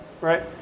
right